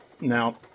Now